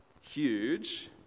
huge